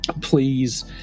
please